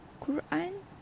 Quran